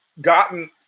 gotten